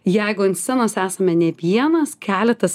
jeigu ant scenos esame ne vienas keletas